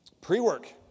Pre-work